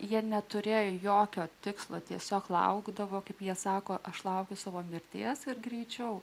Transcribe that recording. jie neturėjo jokio tikslo tiesiog laukdavo kaip jie sako aš laukiu savo mirties ir greičiau